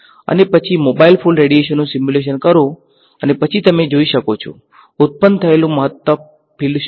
અને પછી mobile phone રેડીએશનનુ સીમ્યુલેશન કરો અને પછી તમે જોઈ શકો છો ઉત્પન્ન થયેલ મહત્તમ ફિલ્ડ શું છે